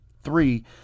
Three